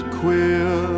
queer